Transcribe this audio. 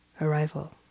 arrival